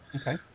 Okay